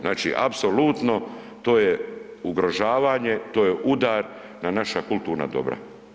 Znači apsolutno to je ugrožavanje, to je udar na naša kulturna dobra.